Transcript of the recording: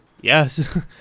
Yes